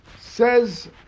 says